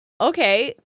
Okay